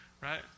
right